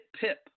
pip